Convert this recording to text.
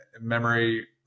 memory